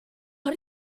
are